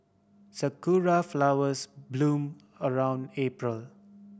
sakura flowers bloom around April